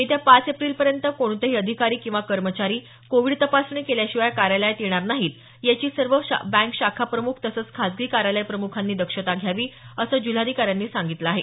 येत्या पाच एप्रिलनंतर कोणतेही अधिकारी किंवा कर्मचारी कोविड तपासणी केल्याशिवाय कार्यालयात येणार नाहीत याची सर्व बँक शाखाप्रमुख तसंच खाजगी कार्यालय प्रम्खांनी दक्षता घ्यावी असं जिल्हाधिकाऱ्यांनी सांगितलं आहे